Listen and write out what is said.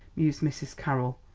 mused mrs. carroll,